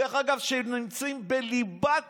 שמצויים בליבת